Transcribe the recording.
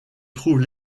trouve